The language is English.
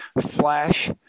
flash